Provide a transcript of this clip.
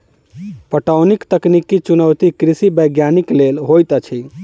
पटौनीक तकनीकी चुनौती कृषि वैज्ञानिक लेल होइत अछि